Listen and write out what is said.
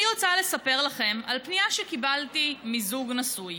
אני רוצה לספר לכם על פנייה שקיבלתי מזוג נשוי